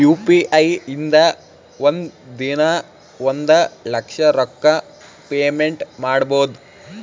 U P I ಇಂದ ಒಂದ್ ದಿನಾ ಒಂದ ಲಕ್ಷ ರೊಕ್ಕಾ ಪೇಮೆಂಟ್ ಮಾಡ್ಬೋದ್